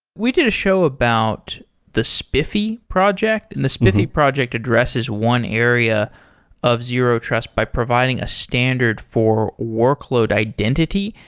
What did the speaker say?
we did a show about the spiffy project, and the spiffy project addresses one area of zero-trust by providing a standard for workload identity.